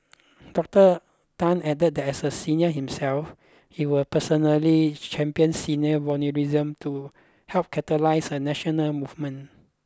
Doctor Tan added that as a senior himself he will personally champion senior volunteerism to help catalyse a national movement